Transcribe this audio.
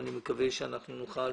אני מקווה שנוכל